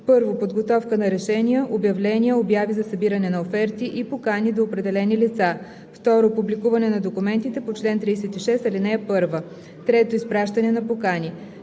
при: 1. подготовка на решения, обявления, обяви за събиране на оферти и покани до определени лица; 2. публикуване на документите по чл. 36, ал. 1; 3. изпращане на покани;